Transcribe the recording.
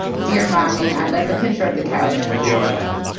dear mommy. and that's a picture of the couch with yogurt on it.